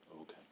Okay